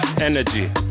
Energy